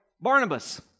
Barnabas